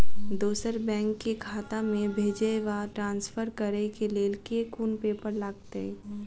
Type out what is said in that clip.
दोसर बैंक केँ खाता मे भेजय वा ट्रान्सफर करै केँ लेल केँ कुन पेपर लागतै?